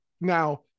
now